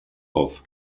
auf